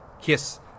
kiss